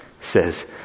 says